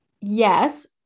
yes